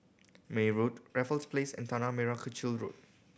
May Road Raffles Place and Tanah Merah Kechil Road